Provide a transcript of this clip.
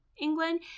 England